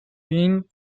been